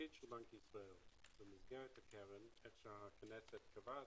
שהתפקיד של בנק ישראל כמו שהכנסת קבעה,